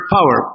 Power